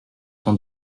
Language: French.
t’en